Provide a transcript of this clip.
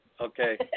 Okay